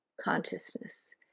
consciousness